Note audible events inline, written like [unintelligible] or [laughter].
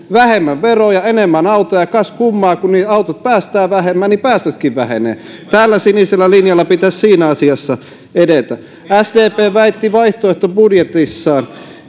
[unintelligible] vähemmän veroja enemmän autoja ja kas kummaa kun ne autot päästävät vähemmän niin päästötkin vähenevät tällä sinisellä linjalla pitäisi siinä asiassa edetä sdp väitti vaihtoehtobudjetissaan